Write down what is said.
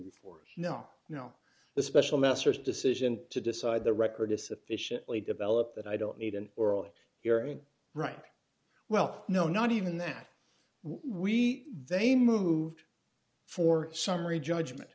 know the special masters decision to decide the record is sufficiently developed that i don't need an oral hearing right well no not even that we they moved for summary judgment